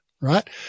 right